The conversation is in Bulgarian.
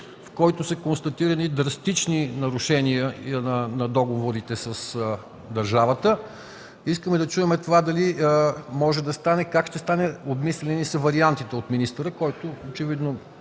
в който са констатирани драстични нарушения на договорите с държавата. Искаме да чуем дали това може да стане, как ще стане, обмислени ли са вариантите от министъра? Очевидно